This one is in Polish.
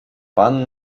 pan